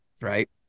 right